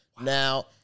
Now